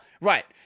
right